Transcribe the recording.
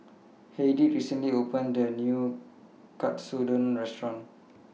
Heidy recently opened A New Katsudon Restaurant